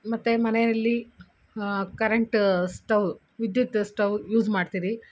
ಮತ್ತು ಮನೆಯಲ್ಲಿ current stove ವಿದ್ಯುತ್ ಸ್ಟವ್ ಯೂಸ್ ಮಾಡ್ತೀರಿ